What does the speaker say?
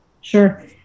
Sure